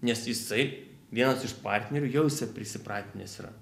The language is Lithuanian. nes jisai vienas iš partnerių jau jisai prisipratinęs yra